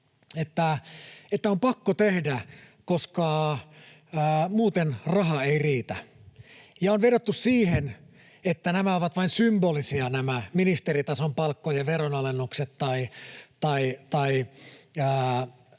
että on pakko tehdä, koska muuten raha ei riitä. Ja on verrattu siihen, että nämä ministeritason palkkojen veronalennukset tai tämä